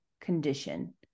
condition